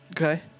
okay